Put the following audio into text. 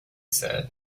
said